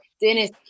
Dennis